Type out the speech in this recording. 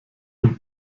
dem